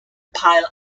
pile